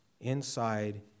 inside